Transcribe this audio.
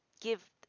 give